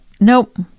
Nope